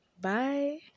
Bye